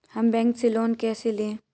हम बैंक से लोन कैसे लें?